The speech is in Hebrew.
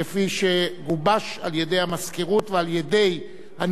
על-ידי המזכירות ועל-ידי הנשיאות.